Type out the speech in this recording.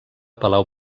palau